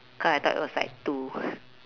cause I thought it was like two